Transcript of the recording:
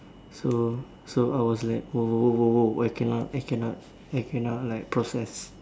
so so I was like !woah! !woah! !woah! !woah! !woah! I cannot I cannot I cannot like process